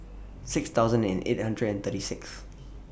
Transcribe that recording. six thousand and eight hundred and thirty Sixth